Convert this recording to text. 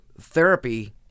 therapy